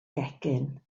gegin